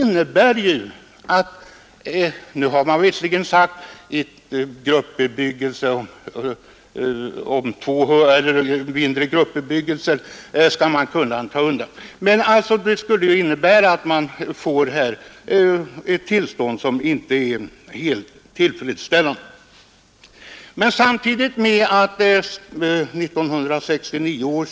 Nu har man visserligen sagt i reservationen att för enstaka fastigheter eller grupper av fastigheter som inte är anslutna till kommunala reningsverk kan kravet på rening sättas något lägre.